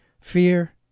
fear